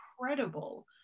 incredible